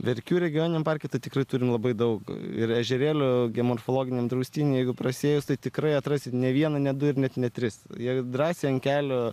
verkių regioniniam parke tai tikrai turim labai daug ir ežerėlių geomorfologiniame draustiny jeigu prasiėjus tai tikrai atrasite ne vieną ne du ir net ne tris jie drąsiai ant kelio